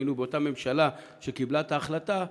היינו באותה ממשלה שקיבלה את ההחלטה,